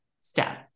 step